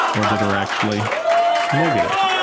or that are actually negative.